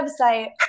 website